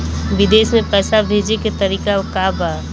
विदेश में पैसा भेजे के तरीका का बा?